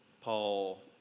Paul